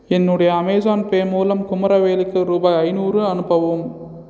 என்னுடைய Amazon Pay மூலம் குமரவேலுக்கு ரூபாய் ஐந்நூறு அனுப்பவும்